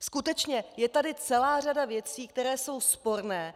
Skutečně, je tady celá řada věcí, které jsou sporné.